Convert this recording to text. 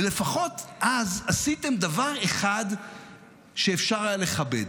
ולפחות אז עשיתם דבר אחד שאפשר היה לכבד: